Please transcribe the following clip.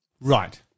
Right